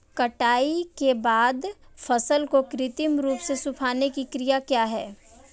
कटाई के बाद फसल को कृत्रिम रूप से सुखाने की क्रिया क्या है?